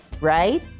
right